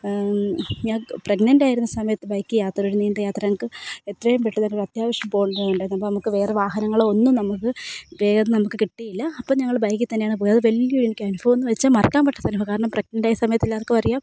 ഞാൻ പ്രഗ്നൻ്റായിരുന്ന സമയത്ത് ബൈക്ക് യാത്ര ഒരു നീണ്ട യാത്ര ഞങ്ങൾക്ക് എത്രയും പെട്ടന്ന് ഒരു അത്യാവശ്യം പോകേണ്ടതുകൊണ്ടായിരുന്നു അപ്പം നമുക്ക് വേറെ വാഹനങ്ങളൊ ഒന്നും നമുക്ക് വേഗം നമുക്ക് കിട്ടിയില്ല അപ്പോൾ ഞങ്ങൾ ബൈക്കിൽ തന്നെയാണ് പോയത് വലിയൊരു എനിക്ക് അനുഭവം എന്നു വച്ചാൽ മറക്കാൻ പറ്റത്ത അനുഭവമാണ് കാരണം പ്രഗ്നൻ്റായ സമയത്ത് എല്ലാവർക്കും അറിയാം